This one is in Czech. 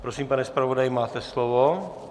Prosím, pane zpravodaji, máte slovo.